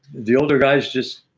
the older guys just,